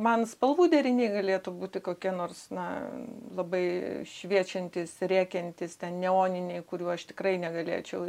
man spalvų deriniai galėtų būti kokie nors na labai šviečiantys rėkiantys ten neoniniai kurių aš tikrai negalėčiau